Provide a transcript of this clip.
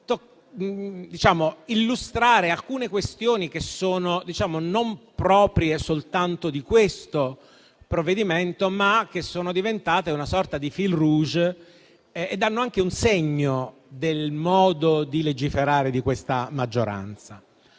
illustrare alcune questioni che non sono proprie soltanto di questo provvedimento, ma che sono diventate una sorta di *fil rouge*, dando anche un segno del modo di legiferare di questa maggioranza.